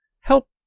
help